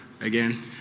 again